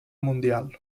mundial